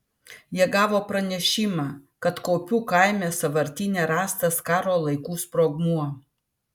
jie gavo pranešimą kad kaupių kaime sąvartyne rastas karo laikų sprogmuo